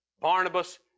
Barnabas